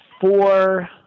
four